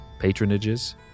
patronages